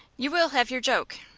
you will have your joke.